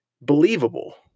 believable